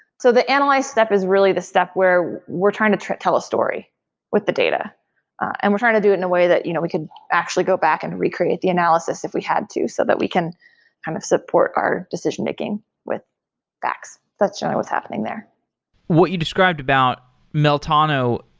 so the analyze step is really the step where we're trying to to tell a story with the data and we're trying to do it in a way that you know we could actually go back and recreate the analysis if we had to, so that we can kind of support our decision-making with facts, that's what's happening there what you described about meltano,